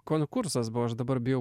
konkursas buvo aš dabar bijau